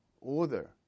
order